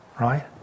Right